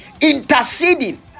Interceding